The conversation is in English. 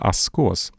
Askos